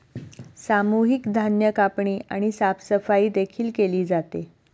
सामूहिक धान्य कापणी आणि साफसफाई देखील केली जाते